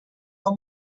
però